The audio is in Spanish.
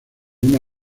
una